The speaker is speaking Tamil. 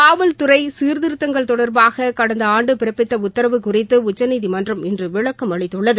காவல்துறை சீர்திருத்தங்கள் தொடர்பாக கடந்த ஆண்டு பிறப்பித்த உத்தரவு குறித்து உச்சநீதிமன்றம் இன்று விளக்கம் அளித்துள்ளது